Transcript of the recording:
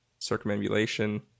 circumambulation